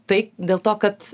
tai dėl to kad